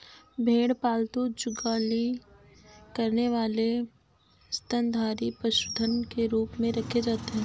भेड़ पालतू जुगाली करने वाले स्तनधारी पशुधन के रूप में रखे जाते हैं